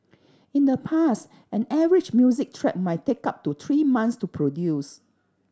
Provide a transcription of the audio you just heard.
in the past an average music track might take up to three months to produce